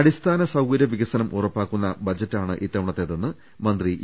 അടിസ്ഥാന സൌകര്യ വികസനം ഉറപ്പാക്കുന്ന ബജറ്റാണ് ഇത്തവണത്തേതെന്ന് മന്ത്രി ഇ